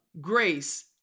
grace